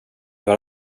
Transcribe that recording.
har